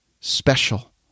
special